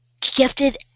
gifted